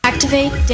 Activate